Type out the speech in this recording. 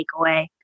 takeaway